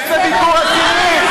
יש בביקור אסירים.